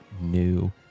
new